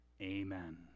amen